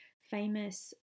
famous